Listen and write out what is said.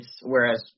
whereas